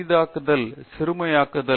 தேஷ்பாண்டே உபகரணங்களின் சிறுமையாக்கல்